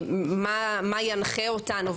למה ינחה אותנו,